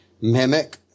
mimic